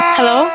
Hello